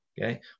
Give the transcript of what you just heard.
Okay